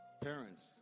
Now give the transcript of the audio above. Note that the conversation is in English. parents